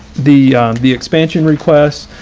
the the expansion requests.